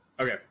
Okay